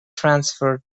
transferred